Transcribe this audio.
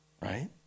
right